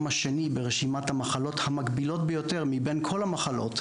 השני ברשימת המחלות המגבילות ביותר מבין כל המחלות,